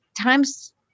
times